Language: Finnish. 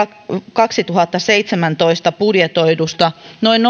kaksituhattaseitsemäntoista budjetoidusta noin